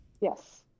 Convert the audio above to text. Yes